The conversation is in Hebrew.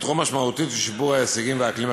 יתרום משמעותית לשיפור ההישגים והאקלים החינוכי.